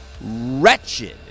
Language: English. wretched